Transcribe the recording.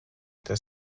das